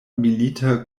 milita